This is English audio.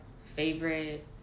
favorite